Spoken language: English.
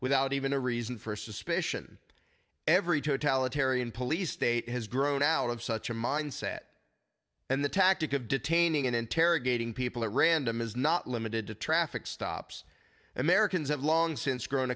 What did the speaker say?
without even a reason for suspicion every totalitarian police state has grown out of such a mindset and the tactic of detaining and interrogating people at random is not limited to traffic stops americans have long since grown